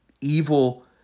evil